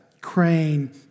Crane